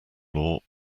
law